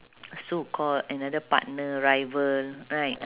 so called another partner rival right